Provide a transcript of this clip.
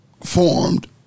formed